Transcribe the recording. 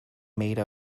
made